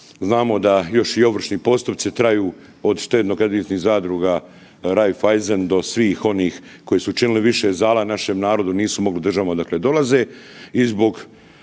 Znamo da još i ovršni postupci traju od ŠKZ Raiffeisen do svih onih koji su učinili više zala našem narodu, nisu mogli u državama odakle dolaze